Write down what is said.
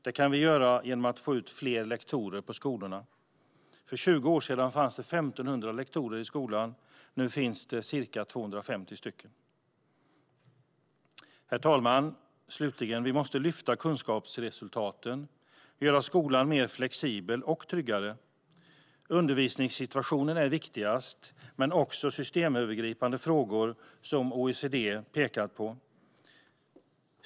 Det kan vi göra genom att få ut fler lektorer på skolorna. För 20 år sedan fanns det 1 500 lektorer i skolorna, nu finns det ca 250. Herr talman! Vi måste förbättra kunskapsresultaten och göra skolan mer flexibel och tryggare. Undervisningssituationen är viktigast, men också systemövergripande frågor som OECD pekat på.